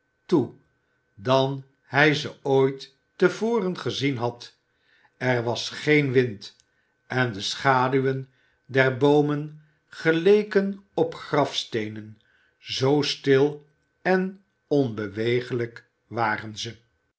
toe dan hij ze ooit te voren gezien had er was geen wind en de schaduwen der boomen geleken op grafsteenen zoo stil en onbeweeglijk waren ze